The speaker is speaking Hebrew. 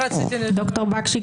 ד"ר בקשי,